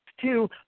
two